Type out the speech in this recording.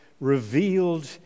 revealed